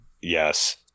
yes